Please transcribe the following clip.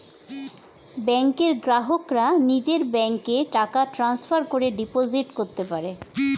ব্যাংকের গ্রাহকরা নিজের ব্যাংকে টাকা ট্রান্সফার করে ডিপোজিট করতে পারে